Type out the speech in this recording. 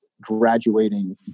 graduating